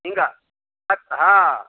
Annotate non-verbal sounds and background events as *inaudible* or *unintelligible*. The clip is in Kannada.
ಹಿಂಗೆ *unintelligible* ಹಾಂ